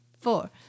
four